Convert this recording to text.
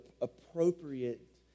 appropriate